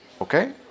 okay